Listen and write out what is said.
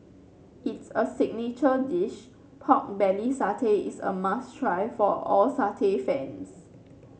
its a signature dish pork belly satay is a must try for all satay fans